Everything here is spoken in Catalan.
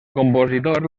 compositor